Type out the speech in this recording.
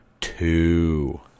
Two